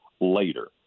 later